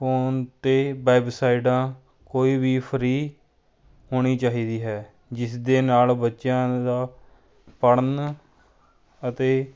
phone 'ਤੇ ਵੈੱਬਸਾਈਡਾਂ ਕੋਈ ਵੀ ਫਰੀ ਹੋਣੀ ਚਾਹੀਦੀ ਹੈ ਜਿਸ ਦੇ ਨਾਲ ਬੱਚਿਆਂ ਦਾ ਪੜ੍ਹਨ ਅਤੇ